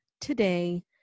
today